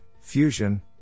fusion